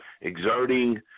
exerting